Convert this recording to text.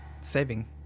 saving